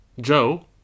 joe